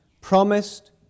promised